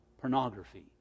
pornography